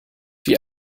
wie